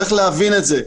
צריך להבין את זה.